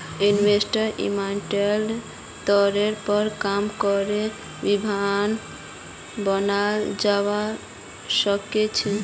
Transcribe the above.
investment एनालिस्टेर तौरेर पर काम करे भविष्य बनाल जावा सके छे